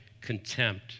contempt